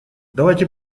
давайте